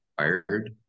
required